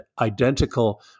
identical